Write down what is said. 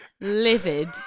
livid